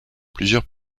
plusieurs